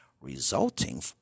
resulting